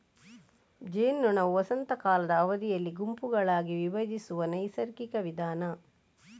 ಜೇನ್ನೊಣವು ವಸಂತ ಕಾಲದ ಅವಧಿಯಲ್ಲಿ ಗುಂಪುಗಳಾಗಿ ವಿಭಜಿಸುವ ನೈಸರ್ಗಿಕ ವಿಧಾನ